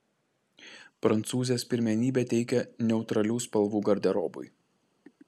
prancūzės pirmenybę teikia neutralių spalvų garderobui